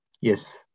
Yes